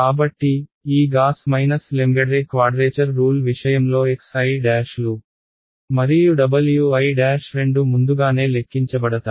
కాబట్టి ఈ Gauss Legendre quadrature rule విషయంలో xi లు మరియు Wi రెండు ముందుగానే లెక్కించబడతాయి